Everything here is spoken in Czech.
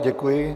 Děkuji.